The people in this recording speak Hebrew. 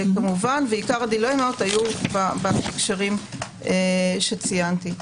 ועיקר הדילמות היו בהקשרים שציינתי.